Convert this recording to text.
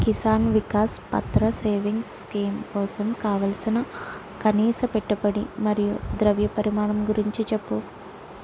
Kisan Vikas Patra savings scheme కోసం కావలసిన కనీస పెట్టుబడి మరియు ద్రవ్య పరిమాణం గురించి చెప్పు